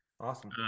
Awesome